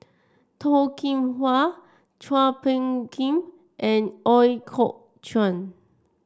Toh Kim Hwa Chua Phung Kim and Ooi Kok Chuen